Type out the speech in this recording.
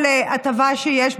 כל הטבה שיש,